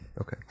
Okay